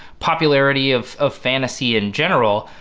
popularity of of fantasy in general,